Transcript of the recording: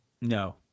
No